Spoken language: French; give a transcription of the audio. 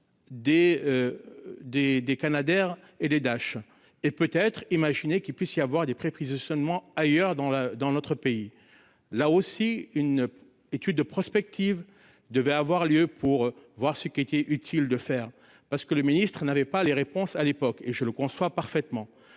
des Canadair et les Dash et peut être imaginé qu'il puisse y avoir des prêts prise seulement ailleurs dans la dans notre pays là aussi une étude prospective devait avoir lieu pour voir ce qu'il était utile de faire parce que le ministre il n'avait pas les réponses à l'époque et je le conçois parfaitement